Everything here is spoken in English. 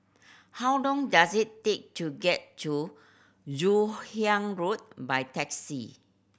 how long does it take to get to Joon Hiang Road by taxi